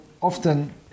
often